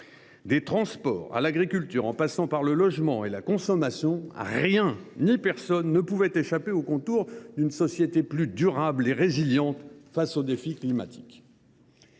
Des transports à l’agriculture, en passant par le logement et la consommation, rien ni personne ne pouvait échapper aux contours d’une société plus durable et résiliente face aux défis climatiques.